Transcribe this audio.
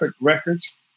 records